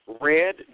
red